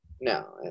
No